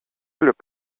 glück